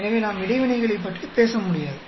எனவே நாம் இடைவினைகளைப் பற்றி பேச முடியாது